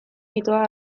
mitoa